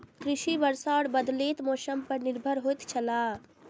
कृषि वर्षा और बदलेत मौसम पर निर्भर होयत छला